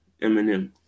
Eminem